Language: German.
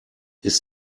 ist